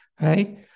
right